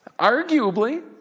Arguably